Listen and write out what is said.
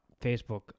Facebook